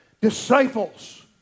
Disciples